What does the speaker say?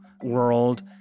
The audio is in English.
world